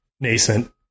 nascent